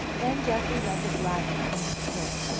then geoffrey led the dragon into the pit.